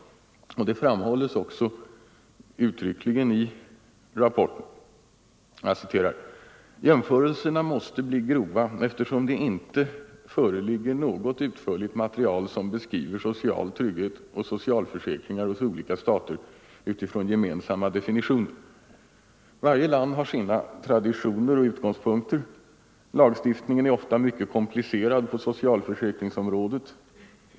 Denna svårighet framhålles också uttryckligen i rapporten: ”Jämförelserna måste tyvärr bli grova eftersom det inte föreligger något utförligt material som beskriver social trygghet och socialförsäkringar hos olika stater utifrån gemensamma definitioner. Varje land har sina traditioner och utgångspunkter. Lagstiftningen är ofta mycket komplicerad på socialförsäkringsområdet.